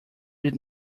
did